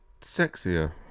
sexier